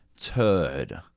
turd